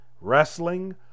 Wrestling